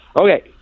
okay